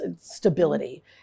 stability